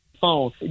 phone